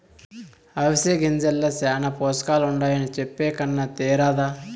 అవిసె గింజల్ల శానా పోసకాలుండాయని చెప్పే కన్నా తేరాదా